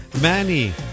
Manny